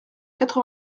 quatre